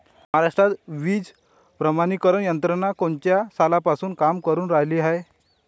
महाराष्ट्रात बीज प्रमानीकरण यंत्रना कोनच्या सालापासून काम करुन रायली हाये?